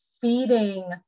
feeding